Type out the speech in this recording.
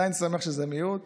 אני עדיין שמח שזה מיעוט